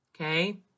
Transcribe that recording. okay